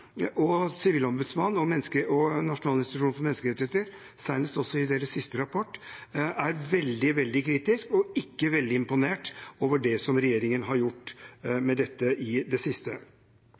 Sivilombudsmannen og Norges institusjon for menneskerettigheter er, senest i sin siste rapport, veldig kritiske og ikke veldig imponert over det som regjeringen har gjort med dette i det siste.